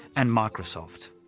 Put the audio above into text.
and microsoft.